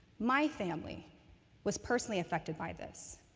my family was personally affected by this.